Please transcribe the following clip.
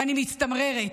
ואני מצטמררת.